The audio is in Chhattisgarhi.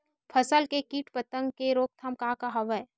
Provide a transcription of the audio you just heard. फसल के कीट पतंग के रोकथाम का का हवय?